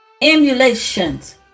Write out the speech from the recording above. Emulations